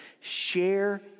Share